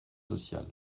sociales